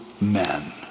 men